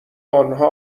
آنها